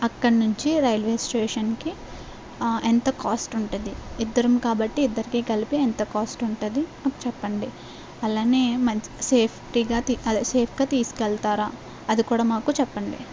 అక్కడ నుంచి రైల్వే స్టేషన్కి ఆ ఎంత కాస్ట్ ఉంటుంది ఇద్దరం కాబట్టి ఇద్దరికి కలిపి ఎంత కాస్ట్ ఉంటుంది చెప్పండి అలానే మంచిగా సేఫ్టీగా అదే సేఫ్గా తీసుకెళతారా అది కూడా మాకు చెప్పండి